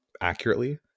accurately